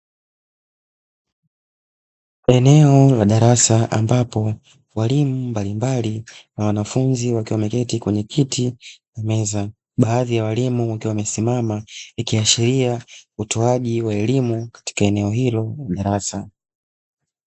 Eneo la darasa ambapo walimu mbalimbali na wanafunzi wakiwa wameketi kwenye kiti na meza, baadhi ya walimu wakiwa wamesimama ikiashiria utoaji wa elimu katika eneo hilo darasa.